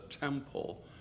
temple